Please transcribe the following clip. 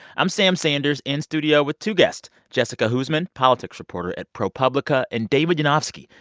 i'm sam sanders in studio with two guests jessica huseman, politics reporter at propublica, and david yanofsky,